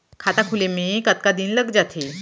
खाता खुले में कतका दिन लग जथे?